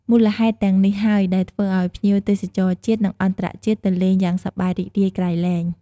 មូលហេតុទាំងនេះហើយ ដែលធ្វើឲ្យភ្ញៀវទេសចរជាតិ និងអន្តរជាតិទៅលេងយ៉ាងសប្បាយរីករាយក្រៃលែង។